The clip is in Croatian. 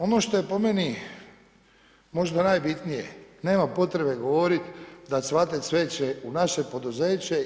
Ono što je po meni možda najbitnije nema potrebe govorit da „cvate cveće u naše poduzeće“